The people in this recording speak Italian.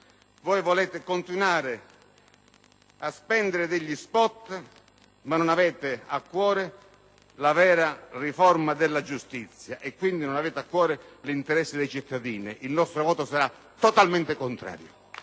Voi volete continuare a spendere degli *spot* ma non avete a cuore la vera riforma della giustizia e quindi non avete a cuore l'interesse dei cittadini. Preannuncio che il nostro voto sarà totalmente contrario.